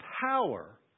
power